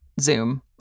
Zoom